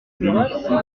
bénéficie